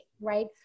Right